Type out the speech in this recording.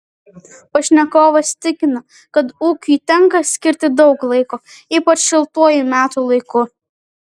pašnekovas tikina kad ūkiui tenka skirti daug laiko ypač šiltuoju metų laiku